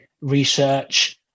research